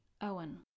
Owen